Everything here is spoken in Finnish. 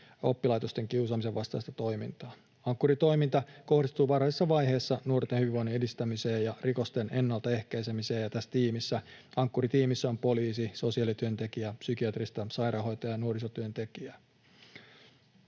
oppilaitosten kiusaamisen vastaista toimintaa: Ankkuri-toiminta kohdistuu varhaisessa vaiheessa nuorten hyvinvoinnin edistämiseen ja rikosten ennaltaehkäisemiseen. Tässä tiimissä, Ankkuri-tiimissä, on poliisi, sosiaalityöntekijä, psykiatrinen sairaanhoitaja ja nuorisotyöntekijä.